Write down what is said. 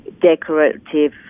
decorative